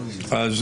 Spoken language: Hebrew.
אז